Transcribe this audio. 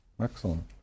Excellent